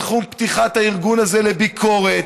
בתחום פתיחת הארגון הזה לביקורת,